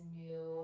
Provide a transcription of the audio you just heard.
new